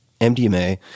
MDMA